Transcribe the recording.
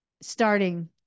starting